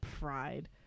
Pride